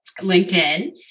LinkedIn